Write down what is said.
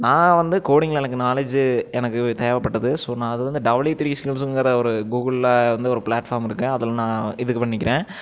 நான் வந்து கோடிங்கில் எனக்கு நாலேஜு எனக்கு தேவைப்பட்டது ஸோ நான் அது வந்து டவிலியூ த்ரீ ஸ்கில்ஸுங்கிற ஒரு கூகுளில் வந்து ஒரு பிளாட்ஃபார்ம் இருக்குது அதில் நான் இது பண்ணிக்கிறேன்